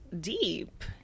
deep